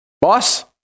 boss